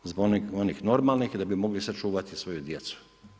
Zbog onih normalnih da bi mogli sačuvati svoju djecu.